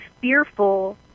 fearful